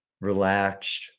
relaxed